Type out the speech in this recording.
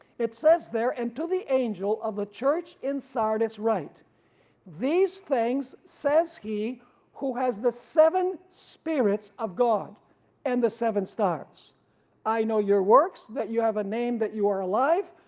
it says there. and to the angel of the church in sardis write these things says, he who has the seven spirits of god and the seven stars i know your works, that you have a name that you are alive,